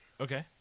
Okay